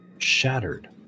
Shattered